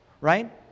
right